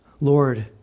Lord